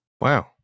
Wow